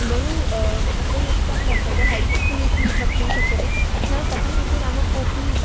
बहु उपयुक्तं वर्तते हेल्प्फ़ुल् इति वक्तुं शक्यते नाम कथमिति नाम कोपि